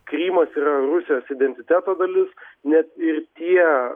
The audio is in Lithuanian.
krymas yra rusijos identiteto dalis net ir tie